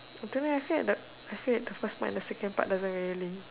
you tell me I said the I said the first part and second part doesn't really link